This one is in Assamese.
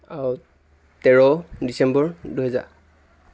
আৰু তেৰ ডিছেম্বৰ দুহেজাৰ